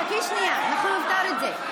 חכי שנייה, אנחנו נפתור את זה.